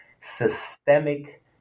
systemic